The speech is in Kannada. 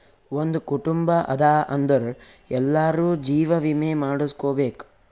ಒಂದ್ ಕುಟುಂಬ ಅದಾ ಅಂದುರ್ ಎಲ್ಲಾರೂ ಜೀವ ವಿಮೆ ಮಾಡುಸ್ಕೊಬೇಕ್